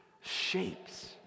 shapes